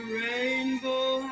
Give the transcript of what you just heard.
rainbow